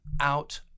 out